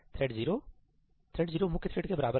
thread 0 thread 0 मुख्य thread के बराबर है